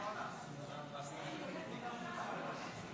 שלא קיבלה את הרוב הדרוש.